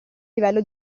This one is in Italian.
livello